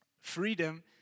freedom